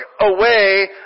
away